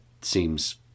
seems